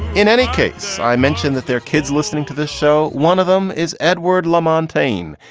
in any case, i mentioned that they're kids listening to the show. one of them is edward lamontagne.